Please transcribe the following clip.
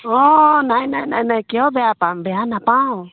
অঁ নাই নাই নাই নাই কিয় বেয়া পাম বেয়া নাপাওঁ